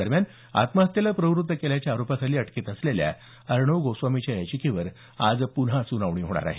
दरम्यान आत्महत्येस प्रवृत्त केल्याचा आरोपाखाली अटकेत असलेल्या अर्णब गोस्वामीच्या याचिकेवर आज पुन्हा सुनावणी होणार आहे